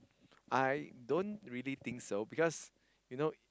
I don't really think so because